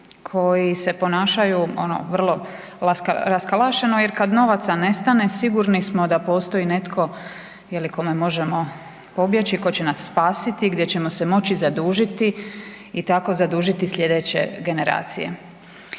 koji se ponašaju ono vrlo raskalašeno jer kad novaca nestane sigurni smo da postoji netko ili kome možemo pobjeći, ko će nas spasiti, gdje ćemo se moći zadužiti i tako zadužiti slijedeće generacije.